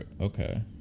okay